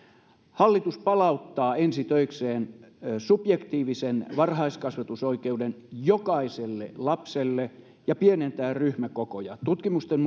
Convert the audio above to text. hallitus ensi töikseen palauttaa subjektiivisen varhaiskasvatusoikeuden jokaiselle lapselle ja pienentää ryhmäkokoja tutkimusten